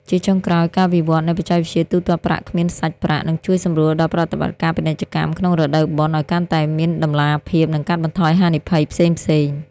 ជាចុងក្រោយ ការវិវឌ្ឍនៃបច្ចេកវិទ្យាទូទាត់ប្រាក់គ្មានសាច់ប្រាក់ នឹងជួយសម្រួលដល់ប្រតិបត្តិការពាណិជ្ជកម្មក្នុងរដូវបុណ្យឱ្យកាន់តែមានតម្លាភាព និងកាត់បន្ថយហានិភ័យផ្សេងៗ។